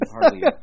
Hardly